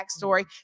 backstory